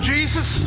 Jesus